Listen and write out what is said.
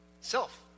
Self